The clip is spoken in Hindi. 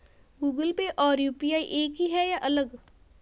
गूगल पे और यू.पी.आई एक ही है या अलग?